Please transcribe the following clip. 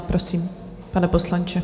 Prosím, pane poslanče.